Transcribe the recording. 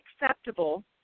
acceptable